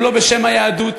הם לא בשם היהדות,